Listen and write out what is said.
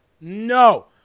no